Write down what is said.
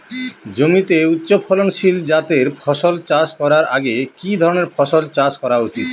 জমিতে উচ্চফলনশীল জাতের ফসল চাষ করার আগে কি ধরণের ফসল চাষ করা উচিৎ?